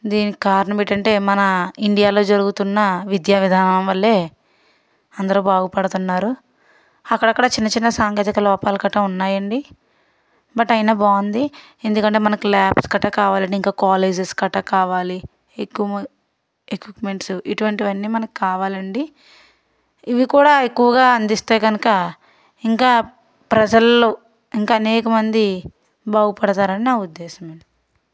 దీని కారణం ఏంటంటే మన ఇండియాలో జరుగుతున్న విద్యా విధానం వల్లే అందరు బాగుపడుతున్నారు అక్కడక్కడ చిన్నచిన్న సాంకేతిక లోపాలు కట ఉన్నాయండి బట్ అయినా బాగుంది ఎందుకంటే మనకు లాబ్స్ కట్ట కావాలంటే ఇంకా కాలేజెస్ కట్ట కావాలి ఎక్కువమం ఎక్విప్మెంట్స్ ఇటువంటివన్నీ మనకు కావాలండీ ఇవి కూడా ఎక్కువగా అందిస్తే కనుక ఇంకా ప్రజల్లో ఇంకా అనేకమంది బాగుపడతారని నా ఉద్దేశం